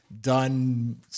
done